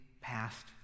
past